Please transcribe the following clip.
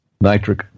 nitric